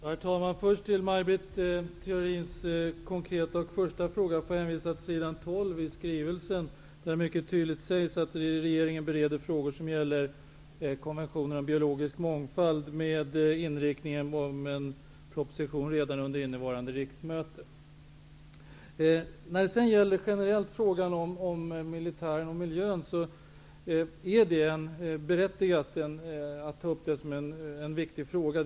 Herr talman! Beträffande Maj Britt Theorins första och konkreta fråga, får jag hänvisa till s. 12 i skrivelsen, där det mycket tydligt sägs att regeringen bereder frågor som gäller konventionen om biologisk mångfald med inriktningen att lägga fram en proposition redan under innevarande riksmöte. När det sedan generellt gäller frågan om militären och miljön, anser jag att det är berättigat att ta upp den som en viktig fråga.